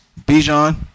Bijan